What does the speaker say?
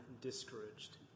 discouraged